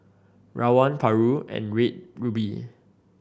Rawon Paru and Red Ruby